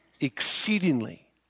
exceedingly